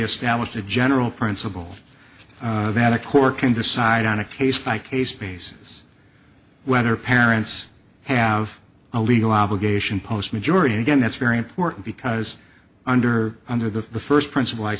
established a general principle that a court can decide on a case by case basis whether parents have a legal obligation post majority again that's very important because under under the first principle i